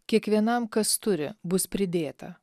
kiekvienam kas turi bus pridėta